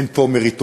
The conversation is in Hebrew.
אין פה מריטוקרטיה,